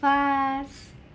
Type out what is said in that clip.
fast